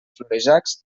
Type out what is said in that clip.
florejacs